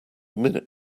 minute